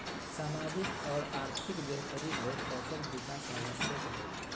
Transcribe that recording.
सामाजिक और आर्थिक बेहतरी ले कौशल विकास आवश्यक हइ